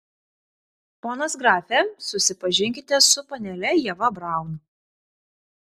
ponas grafe susipažinkite su panele ieva braun